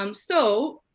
um so,